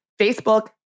Facebook